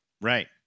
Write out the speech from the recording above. Right